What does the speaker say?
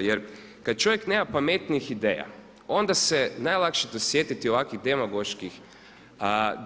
Jer kad čovjek nema pametnijih ideja onda se najlakše dosjetiti ovakvih